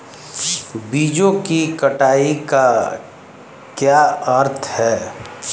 बीजों की कटाई का क्या अर्थ है?